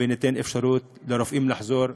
וניתן אפשרות לרופאים לחזור ולעבוד.